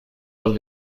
los